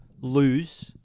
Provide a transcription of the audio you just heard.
lose